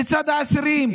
לצד האסירים,